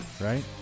right